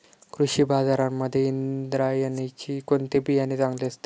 कृषी बाजारांमध्ये इंद्रायणीचे कोणते बियाणे चांगले असते?